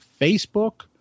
Facebook